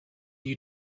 you